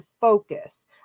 focus